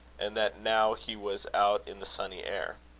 and that now he was out in the sunny air.